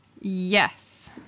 yes